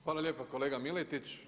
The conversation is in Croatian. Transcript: Hvala lijepa kolega Miletić.